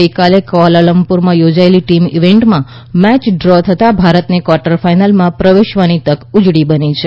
ગઈકાલે ક્વાલાલુમ્પુરમાં યોજાયેલી ટીમ ઇવેન્ટમાં મેચ ડ્રો થતાં ભારતને ક્વાર્ટર ફાઇનલમાં પ્રવેશવાની તકો ઊજળી બની છે